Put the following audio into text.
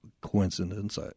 coincidence –